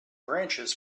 branches